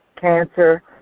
cancer